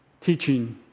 teaching